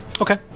okay